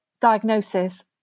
diagnosis